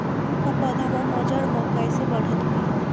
आम क पौधा म मजर म कैसे बढ़त होई?